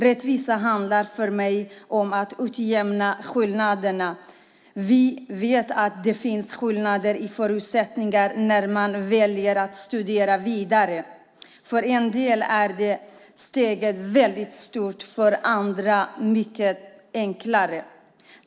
Rättvisa handlar för mig om att utjämna skillnader. Vi vet att det finns skillnader i förutsättningar när man väljer att studera vidare. För en del är steget stort, för andra är det mindre.